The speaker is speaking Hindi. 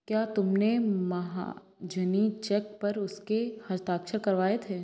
क्या तुमने महाजनी चेक पर उसके हस्ताक्षर करवाए थे?